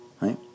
right